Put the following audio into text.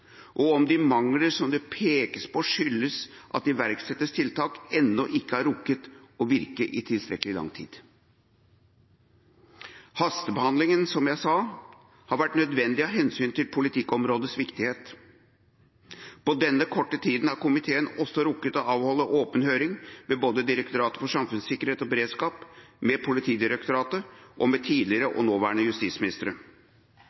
og om de mangler som det pekes på, skyldes at iverksatte tiltak ennå ikke har rukket å virke i tilstrekkelig lang tid. Hastebehandlingen har, som jeg sa, vært nødvendig av hensyn til politikkområdets viktighet. På denne korte tida har komiteen også rukket å avholde åpen høring med både Direktoratet for samfunnssikkerhet og beredskap, med Politidirektoratet og med tidligere og nåværende justisministre.